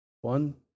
one